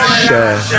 share